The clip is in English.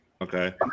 Okay